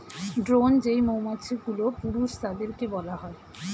drone যেই মৌমাছিগুলো, পুরুষ তাদেরকে বলা হয়